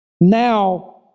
now